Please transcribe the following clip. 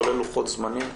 כולל לוחות זמנים.